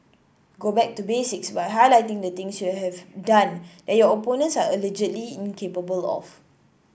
go back to basics by highlighting the things you have done that your opponents are allegedly incapable of